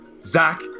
Zach